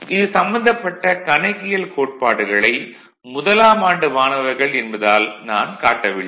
இது சம்பந்தப்பட்ட கணக்கியல் கோட்பாடுகளை முதலாம் ஆண்டு மாணவர்கள் என்பதால் நான் காட்டவில்லை